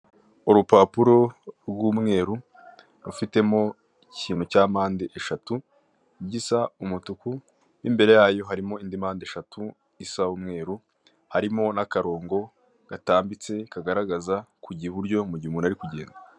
Urupapuro rw'umweru rufitemo icyinu cya mande eshatu gisa umutuku mo imbere yayo harimo indi mpande eshatu isa umweru harimo n'akarongo gatambite kagaraza kujya iburyo igihe umuntu arikugenda.